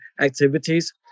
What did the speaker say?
activities